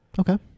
Okay